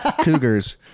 Cougars